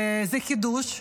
וזה חידוש.